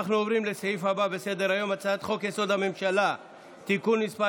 הצעת חוק-יסוד: הממשלה (תיקון מס'